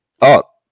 up